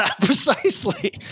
precisely